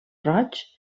roig